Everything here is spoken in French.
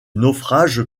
naufrage